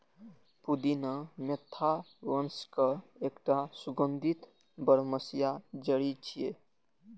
पुदीना मेंथा वंशक एकटा सुगंधित बरमसिया जड़ी छियै